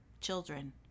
children